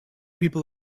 people